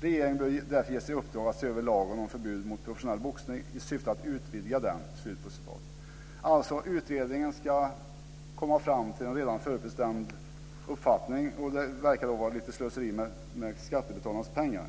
Regeringen bör därför ges i uppdrag att se över lagen om förbud mot professionell boxning i syfte att utvidga den." Utredningen ska alltså komma fram till en redan förutbestämd uppfattning. Det verkar vara slöseri med skattebetalarnas pengar.